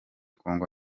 congo